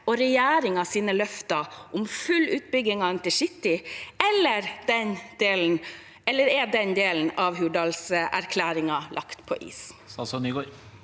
og regjeringens løfter om full utbygging av intercity, eller er den delen av Hurdalserklæringen lagt på is?